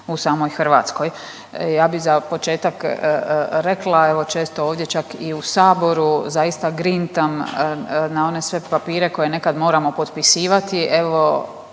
u samoj Hrvatskoj. Ja bi za početak rekla evo često ovdje čak i u saboru zaista grintam na one sve papire koje nekad moramo potpisivati,